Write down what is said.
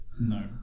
no